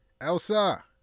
Elsa